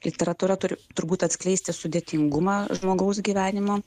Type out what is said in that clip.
literatūra turi turbūt atskleisti sudėtingumą žmogaus gyvenimo